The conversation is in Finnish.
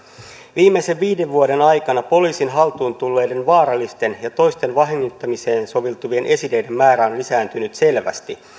viimeisen viiden vuoden aikana poliisin haltuun tulleiden vaarallisten ja toisten vahingoittamiseen soveltuvien esineiden määrä on lisääntynyt selvästi